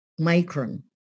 micron